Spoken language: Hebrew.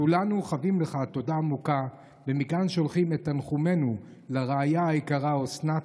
כולנו חבים לך תודה עמוקה ומכאן שולחים את תנחומינו לרעיה היקרה אוסנת,